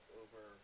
over